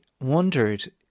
wondered